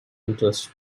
interest